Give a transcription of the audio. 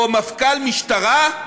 או מפכ"ל משטרה,